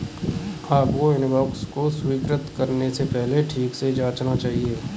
आपको इनवॉइस को स्वीकृत करने से पहले ठीक से जांचना चाहिए